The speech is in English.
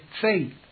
faith